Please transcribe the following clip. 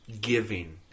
giving